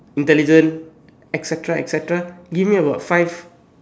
intelligent et-cetera et-cetera give me about five